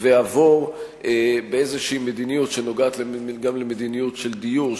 ועבור לאיזה מדיניות שנוגעת גם למדיניות של דיור,